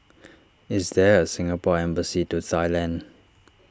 is there a Singapore Embassy to Thailand